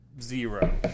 zero